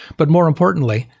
but more importantly,